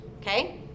Okay